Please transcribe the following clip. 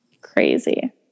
Crazy